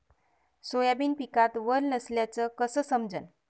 Soybean पिकात वल नसल्याचं कस समजन?